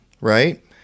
right